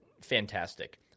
fantastic